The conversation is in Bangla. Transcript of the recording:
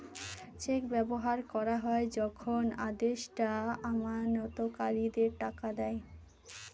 চেক ব্যবহার করা হয় যখন আদেষ্টা আমানতকারীদের টাকা দেয়